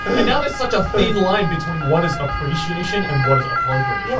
and now there's such a thin line between what is appreciation and what is appropriation. yeah